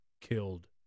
killed